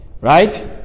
right